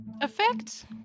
Effect